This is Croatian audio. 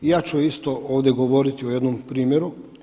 I ja ću isto ovdje govoriti o jednom primjeru.